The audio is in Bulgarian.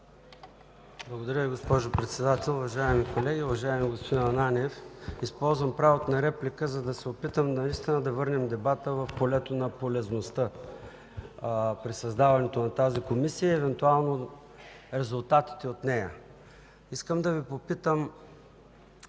Благодаря Ви, госпожо Председател. Уважаеми колеги, уважаеми господин Ананиев! Използвам правото на реплика, за да се опитам да върнем наистина дебата в полето на полезността при създаването на тази Комисия и евентуално – на резултатите от нея. Искам да Ви попитам